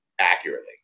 accurately